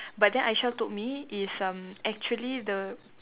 but then Aishah told me it's um actually the